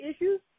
issues